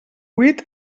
huit